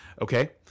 Okay